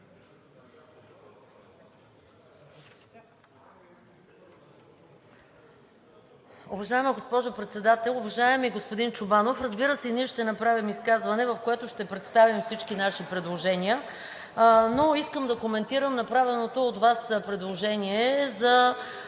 Уважаема госпожо Председател! Уважаеми господин Чобанов, разбира се, и ние ще направим изказване, в което ще представим всички наши предложения, но искам да коментирам направеното от Вас предложение за